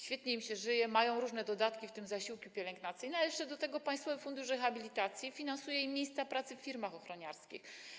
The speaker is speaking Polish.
Świetnie im się żyje, mają różne dodatki, w tym zasiłki pielęgnacyjne, a jeszcze do tego państwowy fundusz rehabilitacji finansuje im miejsca pracy w firmach ochroniarskich.